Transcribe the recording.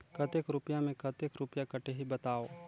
कतेक रुपिया मे कतेक रुपिया कटही बताव?